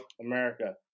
America